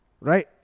right